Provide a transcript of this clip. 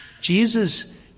Jesus